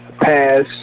pass